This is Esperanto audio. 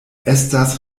estas